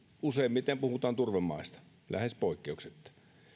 useimmiten puhutaan turvemaista lähes poikkeuksetta